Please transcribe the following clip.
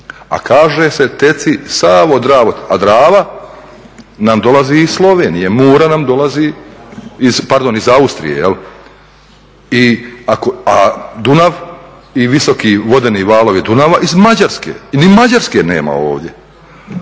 a kaže se teci Savo, Dravo teci, a Drava nam dolazi iz Slovenije, Mura nam dolazi pardon iz Austrije, a Dunav i visoki vodeni valovi Dunava iz Mađarske. Ni Mađarske nema ovdje.